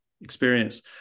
experience